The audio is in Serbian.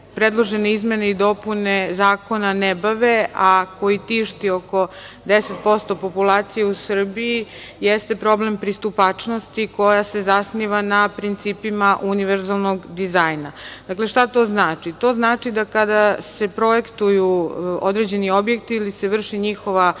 predložene izmene i dopune zakona ne bave, a koji tišti oko 10% populacije u Srbiji, jeste problem pristupačnosti koja se zasniva na principima univerzalnog dizajna. Dakle, šta to znači? To znači da kada se projektuju određeni objekti ili se vrši njihova